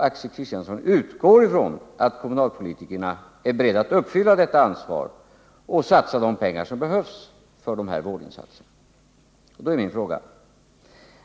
Axel Kristiansson utgår från att kommunalpolitikerna är beredda att ta detta ansvar och satsa de pengar som behövs för de här vårdinsatserna. Då är min fråga: